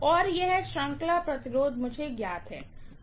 और यह series resistance मुझे ज्ञात है